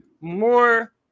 More